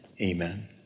amen